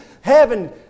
heaven